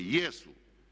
Jesu.